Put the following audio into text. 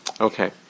Okay